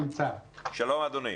אדוני.